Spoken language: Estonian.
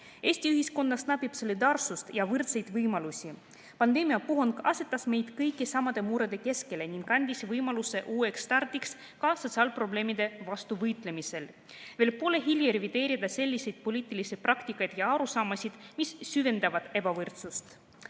ühiskonnas napib solidaarsust ja võrdseid võimalusi. Pandeemiapuhang asetas meid kõiki samade murede keskele ning andis võimaluse uueks stardiks ka sotsiaalprobleemide vastu võitlemisel. Veel pole hilja revideerida selliseid poliitilisi praktikaid ja arusaamasid, mis süvendavad ebavõrdsust. Lähtugem